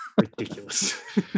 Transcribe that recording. ridiculous